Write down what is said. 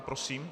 Prosím?